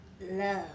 Love